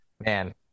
Man